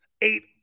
Eight